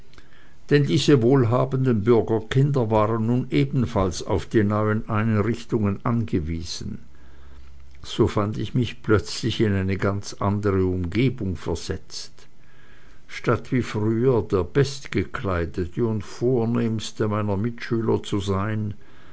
denn diese wohlhabenden bürgerkinder waren nun ebenfalls auf die neuen einrichtungen angewiesen so fand ich mich plötzlich in eine ganz andere umgebung versetzt statt wie früher der bestgekleidete und vornehmste meiner mitschüler zu sein